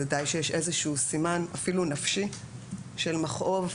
זה די שיש איזשהו סימן אפילו נפשי של מכאוב.